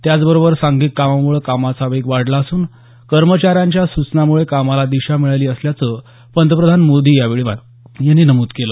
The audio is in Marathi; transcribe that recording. त्याच बरोबर सांधिक कामामुळे कामाचा वेग वाढला असून कर्मचाऱ्यांच्या सूचनामुळे कामाला दिशा मिळाली असंल्याचं पंतप्रधान मोदी यांनी यावेळी नमूद केलं